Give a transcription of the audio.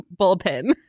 bullpen